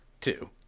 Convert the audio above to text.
Two